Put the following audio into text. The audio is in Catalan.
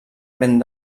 ben